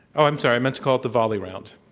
i'm sorry. i meant to call it the volley round.